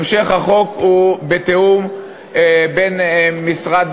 המשך החוק הוא בתיאום בין משרד